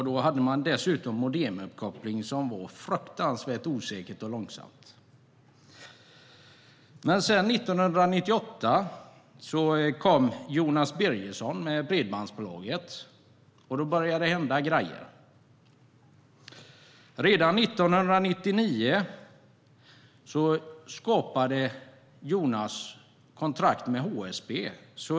Då hade man dessutom modemuppkoppling som var fruktansvärt osäkert och långsamt. År 1998 kom sedan Jonas Birgersson med Bredbandsbolaget. Då började det hända grejer. Redan 1999 skrev Jonas kontrakt med HSB.